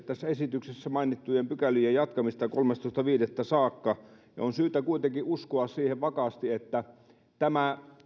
tässä esityksessä mainittujen pykälien jatkamista kolmastoista viidettä saakka on syytä kuitenkin uskoa vakaasti siihen että tämä